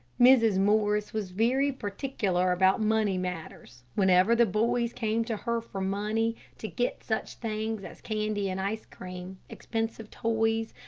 mrs. morris was very particular about money matters. whenever the boys came to her for money to get such things as candy and ice cream, expensive toys,